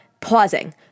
Pausing